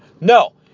No